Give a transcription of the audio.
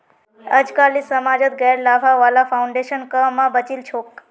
अजकालित समाजत गैर लाभा वाला फाउन्डेशन क म बचिल छोक